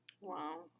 Wow